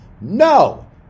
No